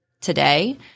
today